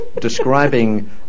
describing